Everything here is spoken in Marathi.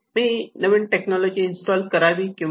मी नवीन टेक्नॉलॉजी इंस्टॉल करावी की नाही